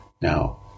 Now